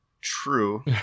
True